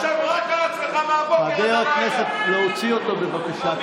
החוצה, בבקשה.